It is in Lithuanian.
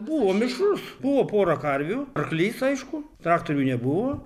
buvo mišrus buvo pora karvių arklys aišku traktorių nebuvo